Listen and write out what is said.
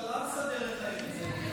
הממשלה מסדרת להם את זה.